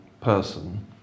person